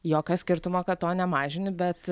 jokio skirtumo kad to nemažini bet